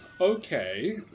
okay